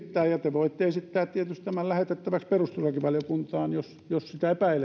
arvionsa esittää ja te voitte tietysti esittää tämän lähetettäväksi perustuslakivaliokuntaan jos sitä epäilette